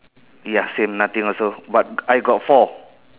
ya same nothing also but I got four